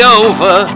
over